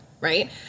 right